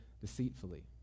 deceitfully